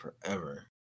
forever